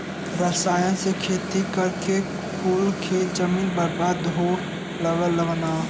रसायन से खेती करके कुल खेत जमीन बर्बाद हो लगल हौ